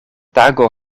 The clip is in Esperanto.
tago